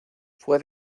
fue